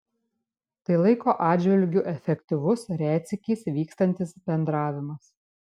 tai laiko atžvilgiu efektyvus retsykiais vykstantis bendravimas